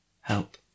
Help